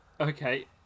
Okay